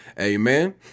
amen